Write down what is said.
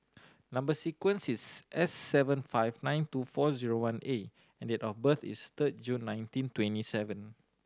number sequence is S seven five nine two four zero one A and the date of birth is third June nineteen twenty seven